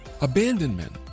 abandonment